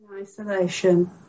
isolation